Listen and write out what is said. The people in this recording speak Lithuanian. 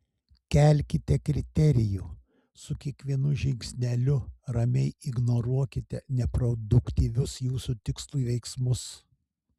kelkite kriterijų su kiekvienu žingsneliu ramiai ignoruokite neproduktyvius jūsų tikslui veiksmus